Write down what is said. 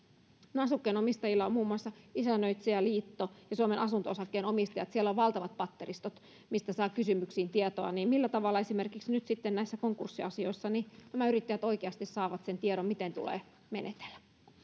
no osakkeenomistajilla on muun muassa isännöitsijäliitto ja suomen asunto osakkeenomistajat siellä on valtavat patteristot mistä saa kysymyksiin tietoa millä tavalla esimerkiksi nyt sitten näissä konkurssiasioissa yrittäjät oikeasti saavat sen tiedon miten tulee menetellä